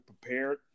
prepared